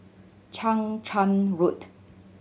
Chang Charn Road